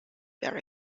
very